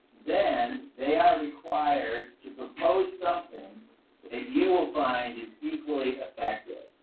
then they are required to propose something, if you will find it equally effective.